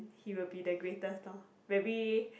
he will be the greatest lor maybe